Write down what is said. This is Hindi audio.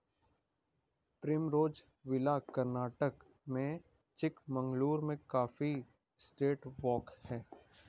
प्रिमरोज़ विला कर्नाटक के चिकमगलूर में कॉफी एस्टेट वॉक हैं